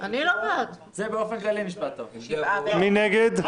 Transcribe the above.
7 נגד,